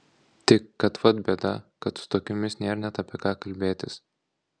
tik kad vat bėda kad su tokiomis nėr net apie ką kalbėtis